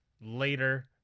later